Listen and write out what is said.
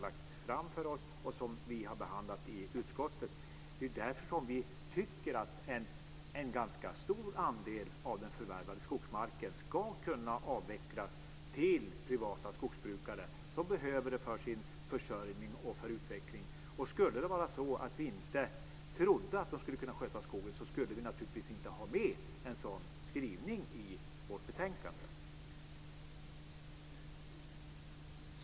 Det är därför vi tycker att en ganska stor andel av den förvärvade skogsmarken ska kunna avvecklas till privata skogsbrukare, som behöver den för sin försörjning och som vill utveckla den. Det kan man se i propositionen som regeringen har lagt fram och i utskottsbehandlingen. Om vi inte trodde att de kunde sköta skogen skulle vi naturligtvis inte ha med en sådan skrivning i vårt betänkande.